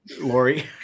lori